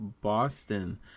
Boston